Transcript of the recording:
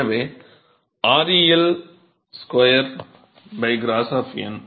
எனவே ReL 2 கிராசாஃப் எண்